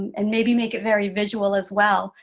and maybe make it very visual as well,